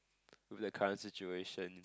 with the current situation